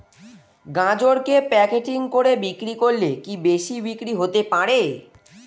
গাজরকে প্যাকেটিং করে বিক্রি করলে কি বেশি বিক্রি হতে পারে?